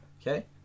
Okay